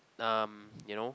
um you know